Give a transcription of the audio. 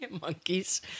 Monkeys